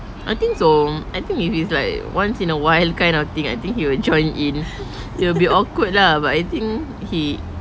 I think so I think if it's like once in a while kind of thing I think he will join in it will be awkward lah but I think he